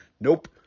Nope